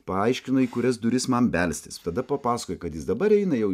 paaiškina į kurias duris man belstis tada papasakojo kad jis dabar eina jau